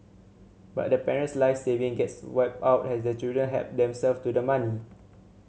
but the parent's life saving gets wiped out has the children help themselves to the money